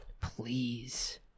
Please